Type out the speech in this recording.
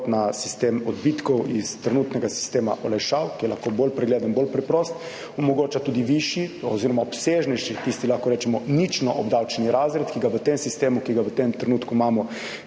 na sistem odbitkov iz trenutnega sistema olajšav, ki je lahko bolj pregleden, bolj preprost, omogoča tudi višji oziroma obsežnejši tisti, lahko rečemo nično obdavčeni razred, ki ga v tem sistemu, ki ga v tem trenutku imamo,